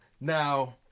Now